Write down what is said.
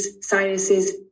sinuses